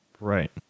Right